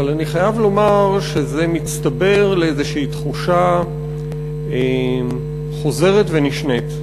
אבל אני חייב לומר שזה מצטבר לאיזו תחושה חוזרת ונשנית,